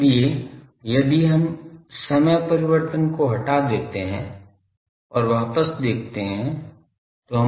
इसलिए यदि हम समय परिवर्तन को हटा देते है और वापस देखते हैं